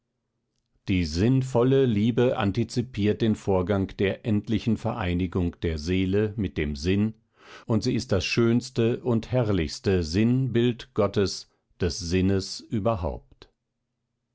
die sinn volle liebe antizipiert den vorgang der endlichen vereinigung der seele mit dem sinn und sie ist das schönste und herrlichste sinn bild gottes des sinnes überhaupt